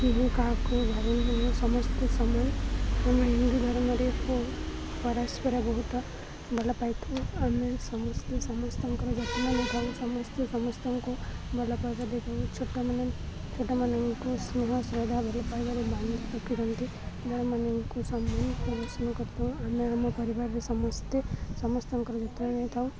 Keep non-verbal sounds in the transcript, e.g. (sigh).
କି କାହାକୁ ଘର ସମସ୍ତେ ସମୟ ଆମେ ହିନ୍ଦୁ ଧର୍ମରେ ପରସ୍ପର ବହୁତ ଭଲ ପାଇଥାଉ ଆମେ ସମସ୍ତେ ସମସ୍ତଙ୍କ (unintelligible) ସମସ୍ତେ ସମସ୍ତଙ୍କୁ ଭଲ ପାଇବା ଦେଇଥାଉ ଛୋଟାନ ଛୋଟମାନଙ୍କୁ ସ୍ନେହ ଶ୍ରଦ୍ଧା ଭଲ ପାଇବାରେ ବା (unintelligible) ମାନଙ୍କୁ ସମୟ (unintelligible) କରିଥାଉ ଆମେ ଆମ ପରିବାରରେ ସମସ୍ତେ ସମସ୍ତଙ୍କର ଯତ୍ନ ନେଇଥାଉ